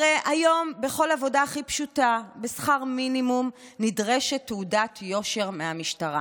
הרי היום בכל עבודה הכי פשוטה בשכר מינימום נדרשת תעודת יושר מהמשטרה.